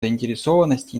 заинтересованности